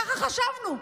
ככה חשבנו.